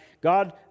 God